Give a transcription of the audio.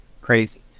Crazy